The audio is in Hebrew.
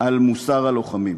על מוסר הלוחמים.